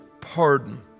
pardon